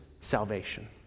salvation